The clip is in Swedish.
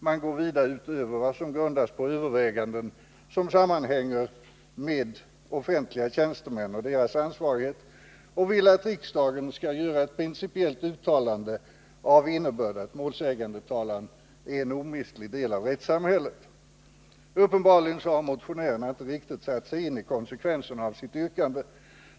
Man går vida utöver vad som grundas på överväganden som sammanhänger med offentliga tjänstemän och deras ansvarighet och vill att riksdagen skall göra ett principiellt uttalande av innebörd att målsägandetalan är en omistlig del av rättssamhället. Uppenbarligen har motionärerna inte riktigt satt sig in i konsekvenserna av sitt yrkande.